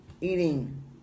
Eating